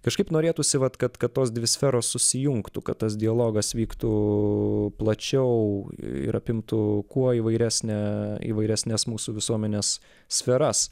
kažkaip norėtųsi vat kad kad tos dvi sferos susijungtų kad tas dialogas vyktų plačiau ir apimtų kuo įvairesnę įvairesnes mūsų visuomenės sferas